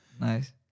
Nice